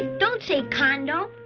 don't say kondo.